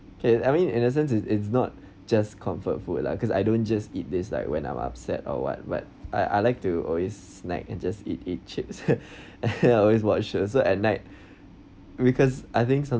okay I mean in a sense it's it's not just comfort food lah because I don't just eat this like when I'm upset or what but I I like to always snack and just eat eat chips I always watch shows so at night because I think some